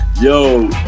yo